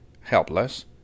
helpless